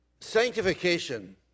Sanctification